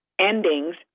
endings